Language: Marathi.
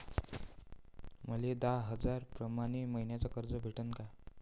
मले दहा हजार प्रमाण मईन्याले कर्ज भेटन का?